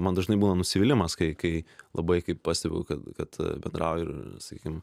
man dažnai buvo nusivylimas kai kai labai kai pastebiu kad kad bendrauju sakykim